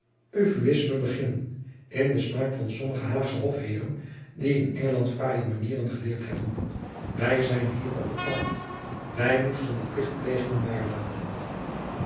euphuïsme beginnen in den smaak van sommige haagsche hofheeren die in engeland fraaie manieren geleerd hebben wij zijn hier op het land wij moesten de plichtplegingen daarlaten